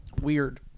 Weird